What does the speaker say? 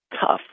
tough